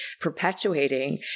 perpetuating